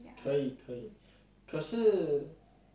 but it is too soon because we are going immediately after